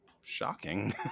shocking